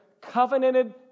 covenanted